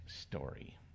story